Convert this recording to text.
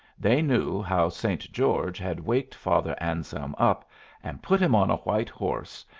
they knew how saint george had waked father anselm up and put him on a white horse,